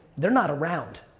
they're not around.